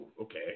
Okay